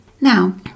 Now